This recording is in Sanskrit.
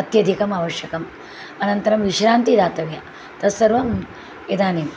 अत्यधिकम् अवश्यकम् अनन्तरं विश्रान्तिः दातव्यं तत्सर्वम् इदानीं